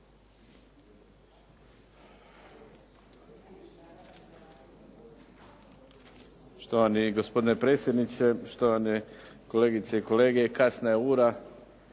Štovani gospodine predsjedniče, štovane kolegice i kolege. Kasna je ura,